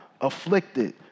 afflicted